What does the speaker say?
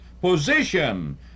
position